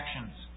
actions